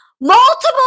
Multiple